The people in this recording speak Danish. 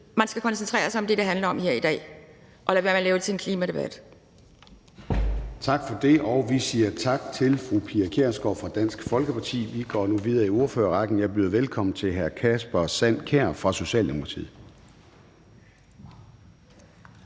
Man skal koncentrere sig om det, det handler om her i dag og lade være med at gøre det til en klimadebat.